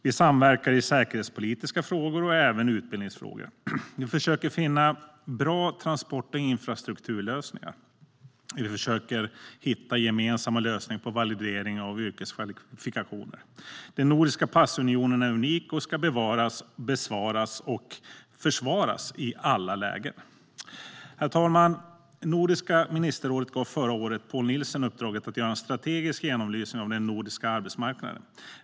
Vi samverkar i säkerhetspolitiska frågor och även i utbildningsfrågor. Vi försöker finna bra transport och infrastrukturlösningar. Vi försöker hitta gemensamma lösningar på validering av yrkeskvalifikationer. Den nordiska passunionen är unik och ska bevaras och försvaras i alla lägen. Herr talman! Nordiska ministerrådet gav förra året Poul Nielsen uppdraget att göra en strategisk genomlysning av den nordiska arbetsmarknaden.